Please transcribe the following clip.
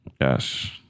Yes